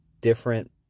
different